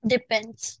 Depends